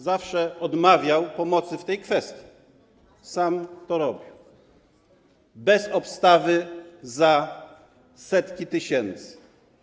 Zawsze odmawiał pomocy w tej kwestii, sam to robił, bez obstawy za setki tysięcy.